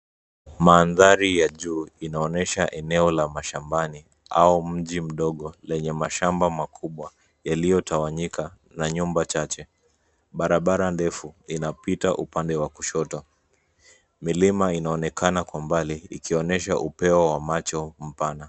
Mandhari ya juu inaonyesha eneo la mashambani, au mji mdogo lenye mashamba makubwa, yaliyotawanyika, na nyumba chache. Barabara ndefu, inapita upande wa kushoto. Milima inaonekana kwa mbali ikionyesha upeo wa macho mpana.